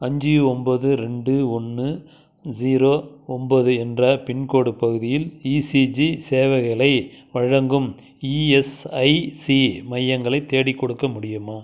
அஞ்சு ஒன்பது இரண்டு ஒன்று ஜீரோ ஒன்பது என்ற பின்கோடு பகுதியில் இசிஜி சேவைகளை வழங்கும் இஎஸ்ஐசி மையங்களைத் தேடிக்கொடுக்க முடியுமா